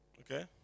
Okay